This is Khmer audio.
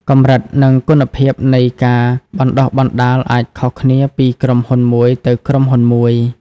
កម្រិត និងគុណភាពនៃការបណ្តុះបណ្តាលអាចខុសគ្នាពីក្រុមហ៊ុនមួយទៅក្រុមហ៊ុនមួយ។